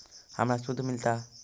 हमरा शुद्ध मिलता?